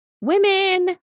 women